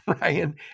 Ryan